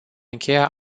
încheia